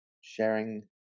sharing